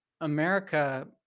America